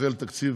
התקציבי,